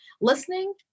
listening